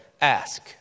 Ask